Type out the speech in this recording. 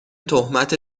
تهمت